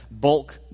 bulk